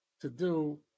to-do